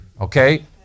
okay